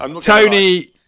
Tony